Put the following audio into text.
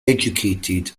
educated